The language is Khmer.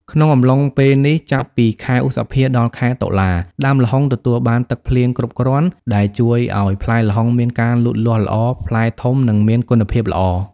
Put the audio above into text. ក្នុងកំឡុងពេលនេះចាប់ពី ខែឧសភា ដល់ ខែតុលា ដើមល្ហុងទទួលបានទឹកភ្លៀងគ្រប់គ្រាន់ដែលជួយឱ្យផ្លែល្ហុងមានការលូតលាស់ល្អ ផ្លែធំ និងមានគុណភាពល្អ។